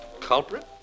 Culprit